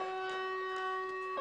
הישיבה ננעלה בשעה 13:59.